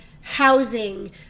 housing